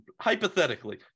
hypothetically